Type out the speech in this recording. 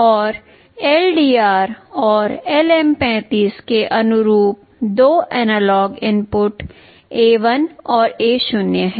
और LDR और LM35 के अनुरूप दो एनालॉग इनपुट A1 और A0 हैं